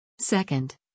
Second